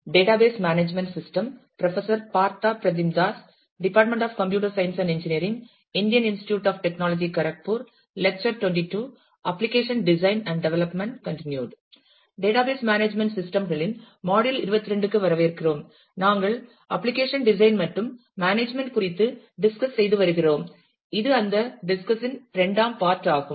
database management system களின் module 22 க்கு வரவேற்கிறோம் நாங்கள் அப்ளிகேஷன் டிசைன் மற்றும் மேனேஜ்மென்ட் குறித்து டிஸ்கஸ் செய்து வருகிறோம் இது அந்த டிஸ்கஸ் இன் இரண்டாம் பார்ட் ஆகும்